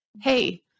hey